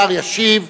השר ישיב